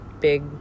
big